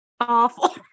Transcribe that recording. awful